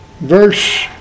verse